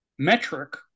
metric